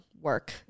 work